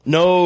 no